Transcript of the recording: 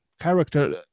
character